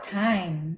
time